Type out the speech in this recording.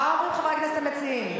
מה אומרים חברי הכנסת המציעים?